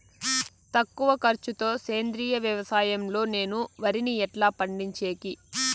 తక్కువ ఖర్చు తో సేంద్రియ వ్యవసాయం లో నేను వరిని ఎట్లా పండించేకి?